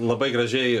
labai gražiai